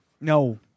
No